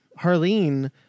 Harleen